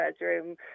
bedroom